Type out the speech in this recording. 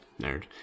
Nerd